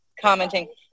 commenting